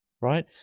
right